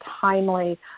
timely